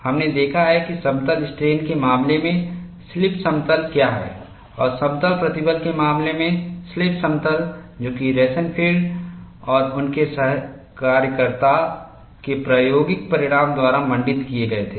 हमने देखा है कि समतल स्ट्रेन के मामले में स्लिप समतल क्या हैं और समतल प्रतिबल के मामले में स्लिपसमतल जो कि रोसेनफील्ड और उनके सहकार्यकर्ता के प्रायोगिक परिणाम द्वारा मंडित किए गए थे